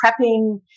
prepping